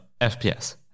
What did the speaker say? FPS